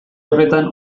horretan